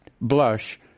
blush